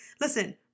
Listen